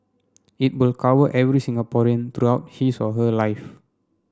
it will cover every Singaporean throughout his or her life